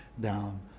down